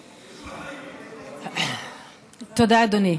תודה, אדוני.